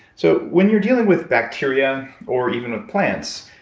so when you're dealing with bacteria or even with plants,